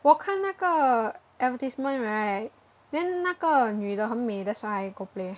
我看那个 advertisement right then 那个女的很美 that's why I go play